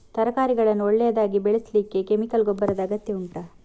ತರಕಾರಿಗಳನ್ನು ಒಳ್ಳೆಯದಾಗಿ ಬೆಳೆಸಲಿಕ್ಕೆ ಕೆಮಿಕಲ್ ಗೊಬ್ಬರದ ಅಗತ್ಯ ಉಂಟಾ